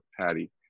Patty